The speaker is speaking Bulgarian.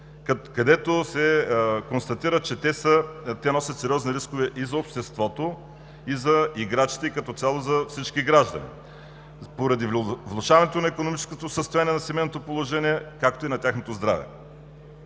игри. Констатира се, че те носят сериозни рискове и за обществото, и за играчите като цяло, и за всички граждани поради влошаване на икономическото състояние на семейното положение, както и на тяхното здраве.